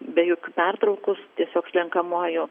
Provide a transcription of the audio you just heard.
be jokių pertraukų tiesiog slenkamuoju